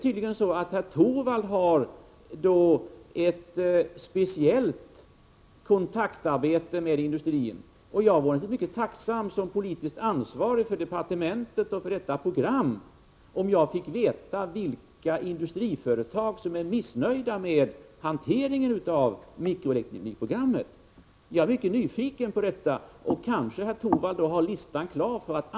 Tydligen har herr Torwald ett speciellt kontaktarbete när det gäller industrin. Som politiskt ansvarig för departementet och mikroelektronikprogrammet vore jag mycket tacksam om jag fick veta vilka industriföretag som är missnöjda med hanteringen av programmet. Jag är mycket nyfiken på detta. Herr Torwald kanske har listan klar, så att han kan ange vilka företagen är.